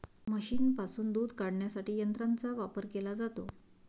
म्हशींपासून दूध काढण्यासाठी यंत्रांचा वापर केला जातो